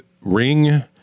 ring